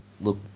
look